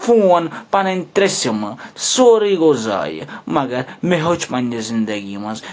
phone پَنٕنۍ ترٛےٚ سِمہٕ سورُے گوٚو ضایہِ مَگَر مےٚ ہیوٚچھ پَننہِ زِنٛدَگی مَنٛز